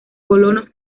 colonos